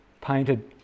painted